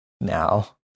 now